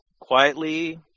quietly